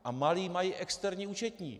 A malí mají externí účetní!